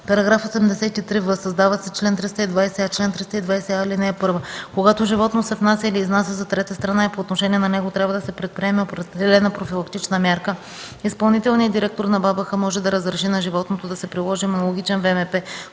§ 83в. Създава се чл. 320а: „Чл. 320а. (1) Когато животно се внася или изнася за трета страна и по отношение на него трябва да се предприеме определена профилактична мярка, изпълнителният директор на БАБХ може да разреши на животното да се приложи имунологичен ВМП,